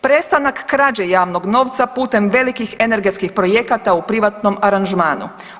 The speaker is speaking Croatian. Prestanak krađe javnog novca putem velikih energetskih projekata u privatnom aranžmanu.